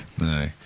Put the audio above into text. No